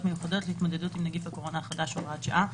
מיוחדות להתמודדות עם נגיף הקורונה החדש (הוראת שעה),